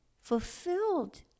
fulfilled